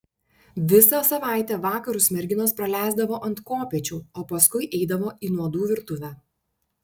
visą savaitę vakarus merginos praleisdavo ant kopėčių o paskui eidavo į nuodų virtuvę